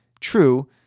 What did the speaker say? True